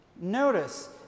notice